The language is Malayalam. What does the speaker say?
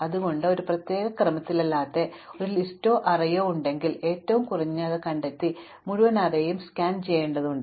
അതിനാൽ പൊതുവായി ഇത് ഒരു പ്രത്യേക ക്രമത്തിലല്ലാത്ത ഒരു ലിസ്റ്റോ അറേയോ ഉണ്ടെങ്കിൽ ഏറ്റവും കുറഞ്ഞത് കണ്ടെത്തി മുഴുവൻ അറേയും സ്കാൻ ചെയ്യേണ്ടതുണ്ട്